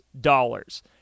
dollars